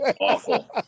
awful